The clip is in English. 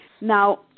Now